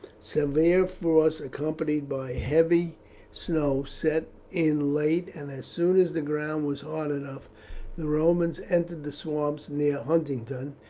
severe frost accompanied by heavy snow set in late, and as soon as the ground was hard enough the romans entered the swamps near huntingdon,